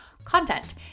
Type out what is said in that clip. content